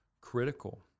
critical